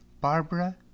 Barbara